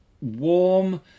warm